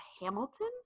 Hamilton